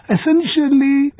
Essentially